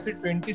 20